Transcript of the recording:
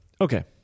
Okay